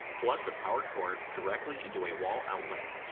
plug the power cord directly into a wall outlet.